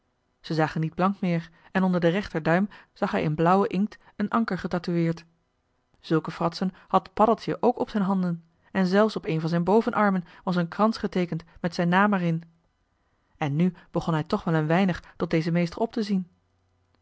ze zagen niet blank meer en onder den rechter duim zag hij in blauwen inkt een anker getatoueerd zulke fratsen had paddeltje k op zijn handen en zelfs op een van z'n boven armen was een krans geteekend met zijn naam er in en nu begon hij toch wel een weinig tot dezen meester op te zien